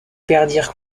perdirent